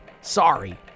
Sorry